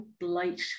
light